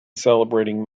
celebrating